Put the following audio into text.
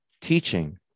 teaching